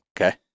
Okay